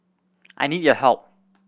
I need your help